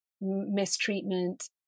mistreatment